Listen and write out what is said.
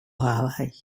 have